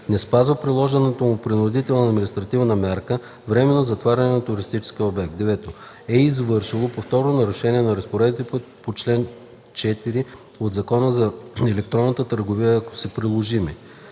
не спазва приложената му принудителна административна мярка - временно затваряне на туристическия обект; 9. е извършило повторно нарушение на разпоредбите на чл. 4 от Закона за електронната търговия, ако са приложими;